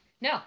no